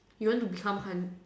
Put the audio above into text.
you want to become han~